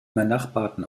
benachbarten